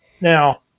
now